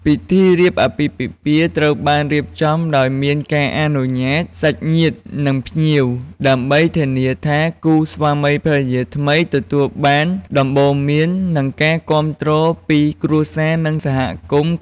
ពិធីរៀបអាពាហ៍ពិពាហ៍ត្រូវបានរៀបចំដោយមានការអញ្ជើញសាច់ញាតិ និងភ្ញៀវ ដើម្បីធានាថាគូស្វាមីភរិយាថ្មីទទួលបានដំបូន្មាន និងការគាំទ្រពី គ្រួសារ និងសហគមន៍។